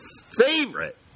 favorite